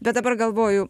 bet dabar galvoju